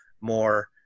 more